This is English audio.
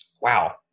Wow